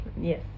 Yes